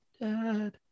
Dad